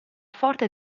forte